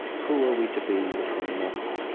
who are we to be with one another?